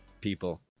people